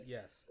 Yes